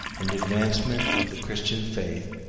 and advancement of the christian faith,